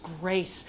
grace